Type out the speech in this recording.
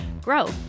grow